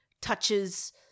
touches